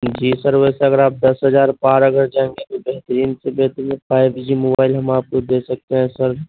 جی sir ویسے اگر آپ دس ہزار پار اگر جائیں گے تو بہترین سے بہترین فائیو جی موبائل ہم آپ کو دے سکتے ہیں سر